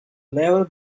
level